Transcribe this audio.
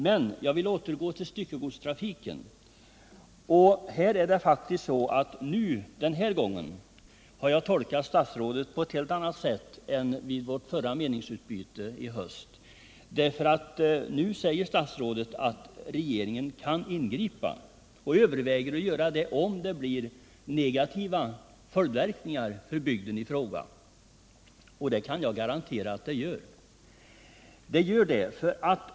Men jag återgår till styckegodstrafiken, och där har jag faktiskt den här gången tolkat statsrådet på ett helt annat sätt än jag gjorde vid vårt meningsutbyte i höstas. Nu säger statsrådet att regeringen kan ingripa och att den överväger att göra det, om det blir negativa följdverkningar för bygden i fråga. Och det kan jag garantera att det blir!